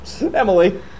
emily